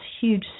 huge